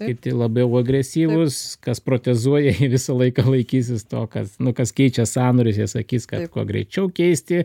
kiti labiau agresyvūs kas protezuoja visą laiką laikysis to kas nu kas keičia sąnarius jie sakys kad kuo greičiau keisti